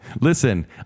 Listen